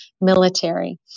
military